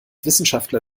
wissenschaftler